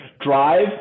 Drive